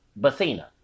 Basina